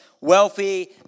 wealthy